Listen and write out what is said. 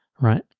Right